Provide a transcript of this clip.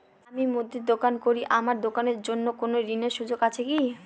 আমি মুদির দোকান করি আমার দোকানের জন্য কোন ঋণের সুযোগ আছে কি?